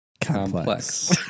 complex